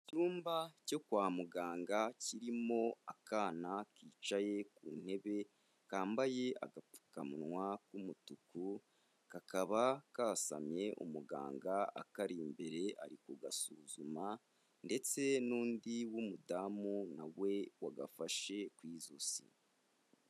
Icyumba cyo kwa muganga kirimo akana kicaye ku ntebe kambaye agapfukamunwa k'umutuku, kakaba kasamye umuganga akari imbere, ari kugasuzuma ndetse n'undi w'umudamu na we wagafashe ku ijosi.